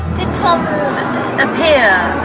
did tom appear,